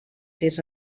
sis